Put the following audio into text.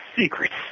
secrets